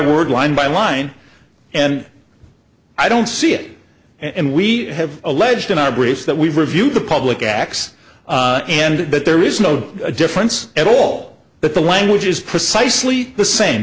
word line by line and i don't see it and we have alleged in our brief that we've reviewed the public acts and but there is no difference at all but the language is precisely the same